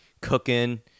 Cooking